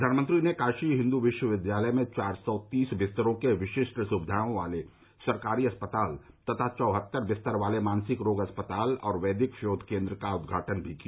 प्रधानमंत्री ने काशी हिन्दू विश्वविद्यालय में चार सौ तीस बिस्तरों के विशिष्ट सुविधाओं वाले सरकारी अस्पताल तथा चौहत्तर बिस्तर वाले मानसिक रोग अस्पताल और वेदिक शोध केंद्र का उदघाटन भी किया